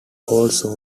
also